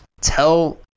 tell